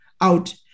out